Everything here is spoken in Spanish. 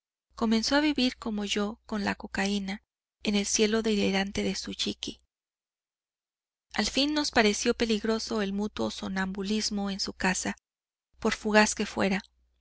comenzó a vivir como yo con la cocaína en el cielo delirante de su jicky al fin nos pareció peligroso el mutuo sonambulismo en su casa por fugaz que fuera